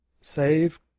save